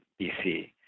BC